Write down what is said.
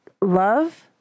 love